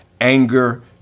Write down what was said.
anger